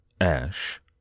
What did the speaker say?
Ash